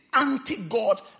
anti-God